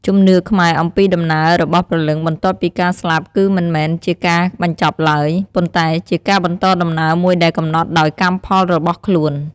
ជំនឿខ្មែរអំពីដំណើររបស់ព្រលឹងបន្ទាប់ពីការស្លាប់គឺមិនមែនជាការបញ្ចប់ឡើយ ប៉ុន្តែជាការបន្តដំណើរមួយដែលកំណត់ដោយកម្មផលរបស់ខ្លួន។